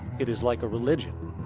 it is like a religion.